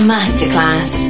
Masterclass